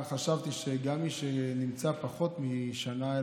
חשבתי שגם מי שנמצא פחות משנה,